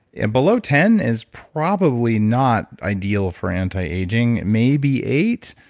and below ten is probably not ideal for anti-aging, may be eight.